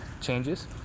changes